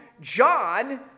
John